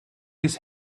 his